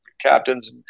captains